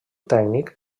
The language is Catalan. tècnic